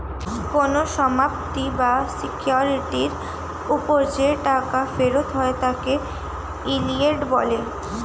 কোন সম্পত্তি বা সিকিউরিটির উপর যে টাকা ফেরত হয় তাকে ইয়েল্ড বলে